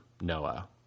Noah